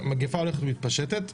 המגפה הולכת ומתפשטת.